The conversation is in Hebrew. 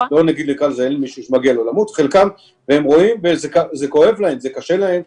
זה כואב להם, זה קשה להם.